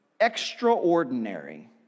extraordinary